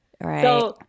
Right